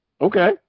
Okay